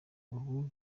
ubu